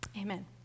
Amen